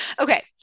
Okay